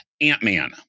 Ant-Man